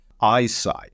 eyesight